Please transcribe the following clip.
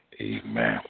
amen